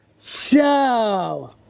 Show